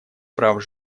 прав